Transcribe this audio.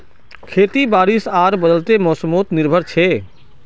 खेती बारिश आर बदलते मोसमोत निर्भर छे